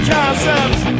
Concepts